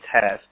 test